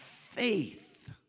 faith